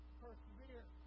persevere